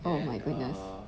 oh my goodness